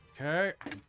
Okay